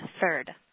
third